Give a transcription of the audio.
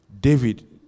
David